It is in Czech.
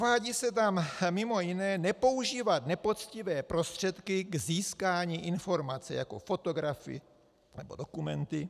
Uvádí se tam mimo jiné nepoužívat nepoctivé prostředky k získání informace jako fotografy nebo dokumenty.